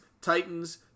Titans